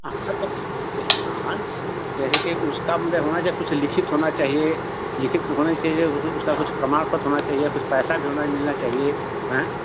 हाँ तो अरे हाँ हाँ कह रही कि उसका भी उधर होना चाहिये कुछ लिखित होना चाहिये लिखित होना चाहिये उसका कुछ प्रमाण पत्र होना चाहिये कुछ पैसा भी होना मिलना चाहिये हाँ